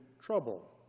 trouble